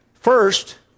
First